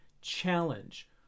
challenge